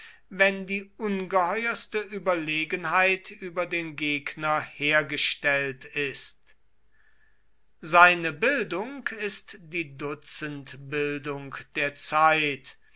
wenn die ungeheuerste überlegenheit über den gegner hergestellt ist seine bildung ist die dutzendbildung der zeit